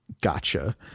gotcha